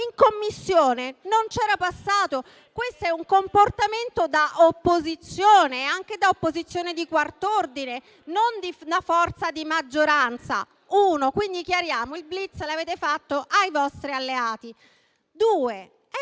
In Commissione non era passato. Questo è un comportamento da opposizione e anche da opposizione di quarto ordine, non di una forza di maggioranza. Punto primo quindi il *blitz* lo avete fatto ai vostri alleati.